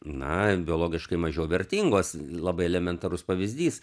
na biologiškai mažiau vertingos labai elementarus pavyzdys